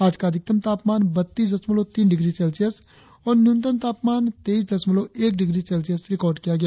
आज का अधिकतम तापमान बत्तीस दशमलव तीन डिग्री सेल्सियस और न्यूनतम तापमान तेईस दशमलव एक डिग्री सेल्सियस रिकार्ड किया गया